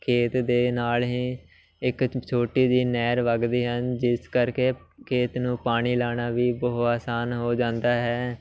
ਖੇਤ ਦੇ ਨਾਲ ਹੀ ਇੱਕ ਛੋਟੀ ਜਿਹੀ ਨਹਿਰ ਵੱਗਦੀ ਹਨ ਜਿਸ ਕਰਕੇ ਖੇਤ ਨੂੰ ਪਾਣੀ ਲਾਣਾ ਵੀ ਬਹੁਤ ਆਸਾਨ ਹੋ ਜਾਂਦਾ ਹੈ